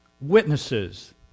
Witnesses